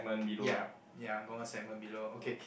ya ya got one segment below okay